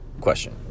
question